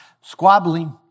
squabbling